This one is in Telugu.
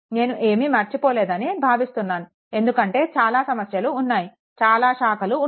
నేను ఏమి మర్చిపోలేదు అని భావిస్తున్నాను ఎందుకంటే చాలా సమస్యలు ఉన్నాయి చాలా శాఖలు ఉన్నాయి